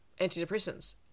antidepressants